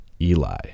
Eli